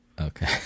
Okay